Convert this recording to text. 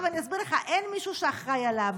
עכשיו אני אסביר לך, אין מישהו שאחראי עליו.